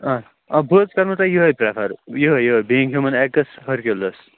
اہ آ بہٕ حظ کَرو تۄہہِ یِہٕے پرٛیٚفَر یِہے یِہٕے بیٖنگ ہیوٗمَن ایٚکٕس فرکیوٗلَس